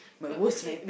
got ahead